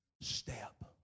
step